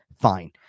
fine